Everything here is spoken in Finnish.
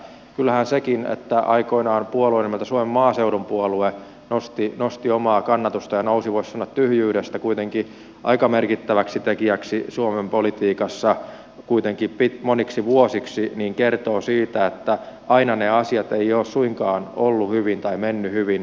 kyllähän sekin että aikoinaan puolue nimeltä suomen maaseudun puolue nosti omaa kannatustaan ja nousi voisi sanoa tyhjyydestä kuitenkin aika merkittäväksi tekijäksi suomen politiikassa moniksi vuosiksi kertoo siitä että aina ne asiat eivät ole suinkaan olleet hyvin tai menneet hyvin